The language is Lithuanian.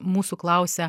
mūsų klausia